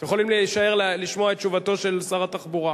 אתם יכולים להישאר ולשמוע את תשובתו של שר התחבורה.